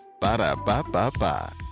Ba-da-ba-ba-ba